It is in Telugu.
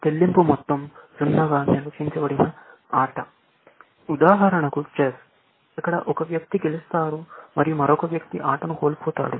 కాబట్టి ఉదాహరణకు చెస్ ఇక్కడ ఒక వ్యక్తి గెలుస్తారు మరియు మరొక వ్యక్తి ఆటను కోల్పోతాడు